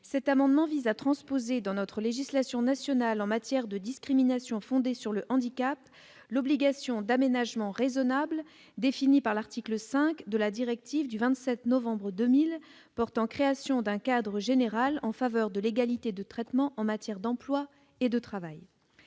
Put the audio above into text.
cet amendement vise à transposer, dans notre législation nationale relative aux discriminations fondées sur le handicap, l'obligation d'aménagement raisonnable définie par l'article 5 de la directive du 27 novembre 2000 portant création d'un cadre général en faveur de l'égalité de traitement en matière d'emploi et de travail.